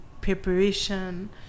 preparation